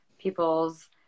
people's